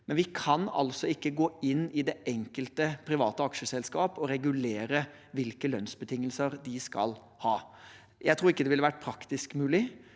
men vi kan altså ikke gå inn i det enkelte private aksjeselskap og regulere hvilke lønnsbetingelser de skal ha. Jeg tror ikke det ville vært praktisk mulig.